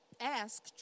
ask